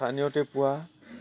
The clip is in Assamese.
স্থানীয়তে পোৱা